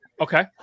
Okay